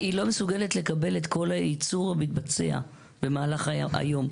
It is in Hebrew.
היא לא מסוגלת לקבל את כל היצור המתבצע במהלך היום.